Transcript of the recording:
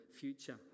future